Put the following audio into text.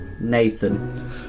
Nathan